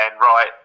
right